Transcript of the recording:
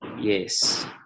yes